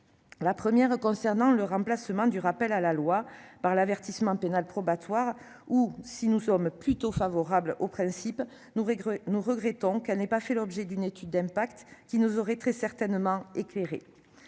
interrogation concerne le remplacement du rappel à la loi par l'avertissement pénal probatoire. Si nous sommes plutôt favorables au principe de cette mesure, nous regrettons que celle-ci n'ait pas fait l'objet d'une étude d'impact qui nous aurait très certainement éclairés.